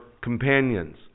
companions